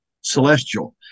celestial